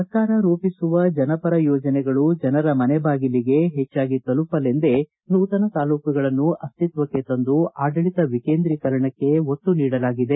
ಸರ್ಕಾರ ರೂಪಿಸುವ ಜನಪರ ಯೋಜನೆಗಳು ಜನರ ಮನೆ ಬಾಗಿಲಿಗೆ ಹೆಚ್ಚಾಗಿ ತಲುಪಲೆಂದೇ ನೂತನ ತಾಲೂಕುಗಳನ್ನು ಅಸ್ತಿತ್ವಕ್ಕೆ ತಂದು ಆಡಳಿತ ವಿಕೇಂದ್ರೀಕರಣಕ್ಕೆ ಒತ್ತು ನೀಡಲಾಗಿದೆ